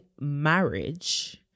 marriage